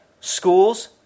Schools